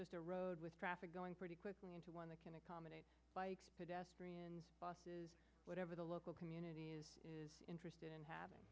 just a road with traffic going pretty quickly into one that can accommodate bikes pedestrian buses whatever the local community is interested in